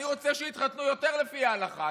אני רוצה שיתחתנו יותר לפי ההלכה.